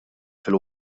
fil